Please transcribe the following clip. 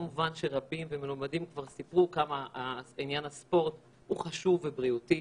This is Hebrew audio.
כמובן שרבים ומלומדים כבר דיברו עד כמה עניין הספורט הוא חשוב ובריאותי.